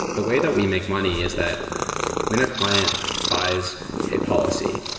the way that we make money is that when a client buys a policy,